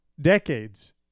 Decades